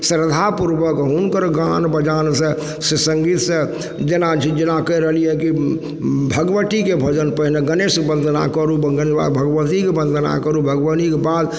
श्रद्धापूर्वक हुनकर गान बजानसँ सङ्गीतसँ जेना कहि रहली हइ कि भगवतीके भजन पहिने गणेश वन्दना करू ओकरबाद भगवतीके वन्दना करू भगवतीके बाद